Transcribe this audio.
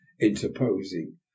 interposing